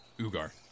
Ugar